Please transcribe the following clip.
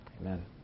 Amen